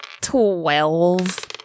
Twelve